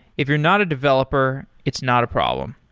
if you're not a developer, it's not a problem.